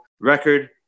record